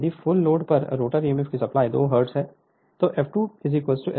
यदि full load पर rotor emf की सप्लाई 2 हर्ट्ज है जो f2Sf है